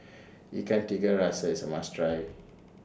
Ikan Tiga Rasa IS A must Try